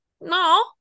no